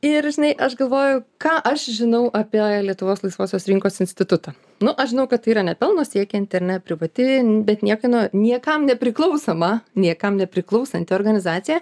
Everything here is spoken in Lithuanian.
ir žinai aš galvoju ką aš žinau apie lietuvos laisvosios rinkos institutą nu aš žinau kad tai yra nepelno siekianti ar ne privati bet niekieno niekam nepriklausoma niekam nepriklausanti organizacija